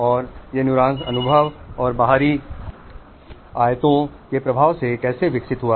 और यह न्यूरॉन्स अनुभव और बाहरी आयातों के प्रभाव में कैसे विकसित हुआ